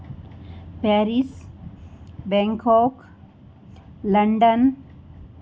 Paris Bangkok London